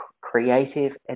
creative